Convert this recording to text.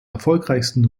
erfolgreichsten